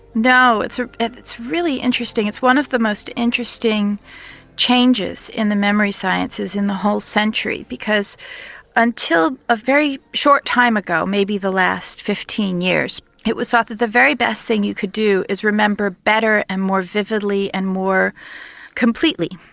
no, and ah it's really interesting, it's one of the most interesting changes in the memory sciences in the whole century because until a very short time ago, maybe the last fifteen years, it was thought that the very best thing you could do is remember better and more vividly and more completely.